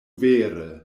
vere